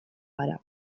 gara